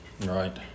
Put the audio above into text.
Right